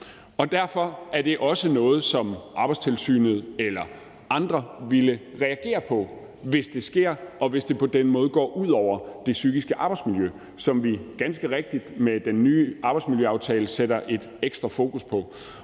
Derfor er det også noget, som Arbejdstilsynet eller andre vil reagere på, hvis det sker, og hvis det på den måde går ud over det psykiske arbejdsmiljø, som vi ganske rigtigt med den nye arbejdsmiljøaftale sætter ekstra fokus på.